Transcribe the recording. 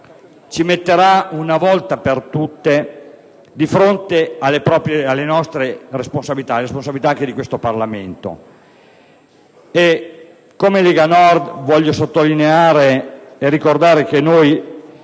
ci metterà una volta per tutte di fronte alle nostre responsabilità, alle responsabilità anche di questo Parlamento. Come Lega Nord voglio sottolineare e ricordare che noi